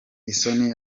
isoni